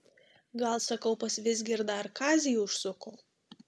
gal sakau pas vizgirdą ar kazį užsuko